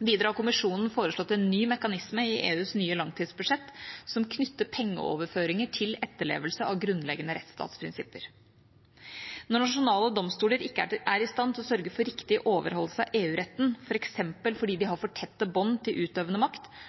Videre har Kommisjonen foreslått en ny mekanisme i EUs nye langtidsbudsjett, som knytter pengeoverføringer til etterlevelse av grunnleggende rettsstatsprinsipper. Når nasjonale domstoler ikke er i stand til å sørge for riktig overholdelse av EU-retten, f.eks. fordi de har for tette bånd til utøvende makt,